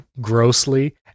grossly